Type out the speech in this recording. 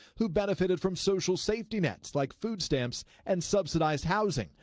who benefited from social safety nets like food stamps and subsidized housing,